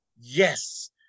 Yes